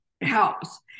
helps